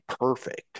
perfect